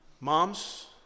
Moms